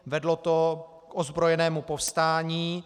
Vedlo to k ozbrojenému povstání.